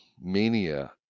mania